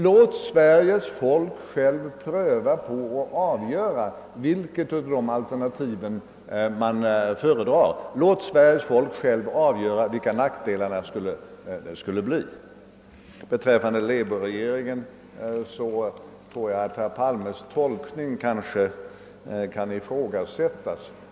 Låt Sveriges folk självt pröva på och avgöra vilket av dessa alternativ man föredrar. Låt Sveriges folk självt avgöra hur stora nackdelarna skulle bli. Beträffande labourregeringen tror jag att herr Palmes tolkning kan ifrågasättas.